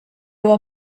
huwa